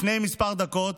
לפני כמה דקות,